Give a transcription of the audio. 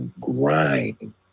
grind